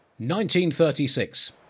1936